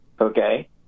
Okay